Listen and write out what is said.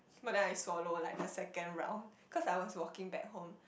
but then I swallow like the second round cause I was walking back home